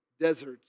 deserts